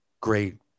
great